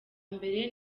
mbere